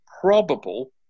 probable